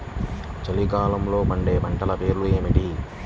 చలికాలంలో పండే పంటల పేర్లు ఏమిటీ?